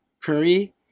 Curry